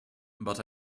but